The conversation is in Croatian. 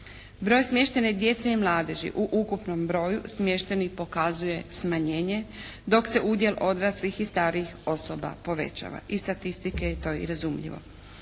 Broj smještene djece i mladeži u ukupnom broju smještajnih pokazuje smanjenje dok se udjel odraslih i starijih osoba povećava iz statistike je to i razumljivo.